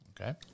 Okay